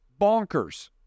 bonkers